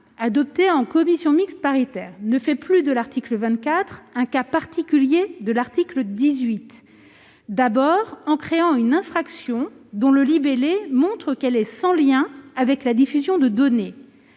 adoptée en commission mixte paritaire, ne fait plus de l'article 24 un cas particulier de l'article 18. En effet, elle crée une infraction dont le libellé montre qu'elle est sans lien avec la diffusion de données.